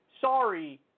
sorry